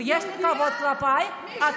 ויש לי כבוד כלפייך, אני יהודייה.